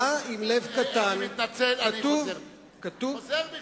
מתנצל, אני חוזר בי.